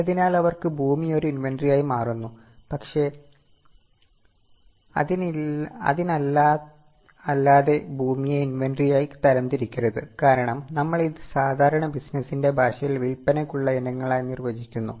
അതിനാൽ അവർക്ക് ഭൂമി ഒരു ഇൻവെന്ററിയായി മാറുന്നു പക്ഷേ അതിനല്ലാതെ ഭൂമിയെ ഇൻവെന്ററി ആയി തരംതിരിക്കരുത് കാരണം നമ്മൾ ഇത് സാധാരണ ബിസിനസ്സിന്റെ ഭാഷയിൽ വിൽപ്പനയ്ക്കുള്ള ഇനങ്ങളായി നിർവചിക്കുന്നു